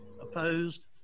Opposed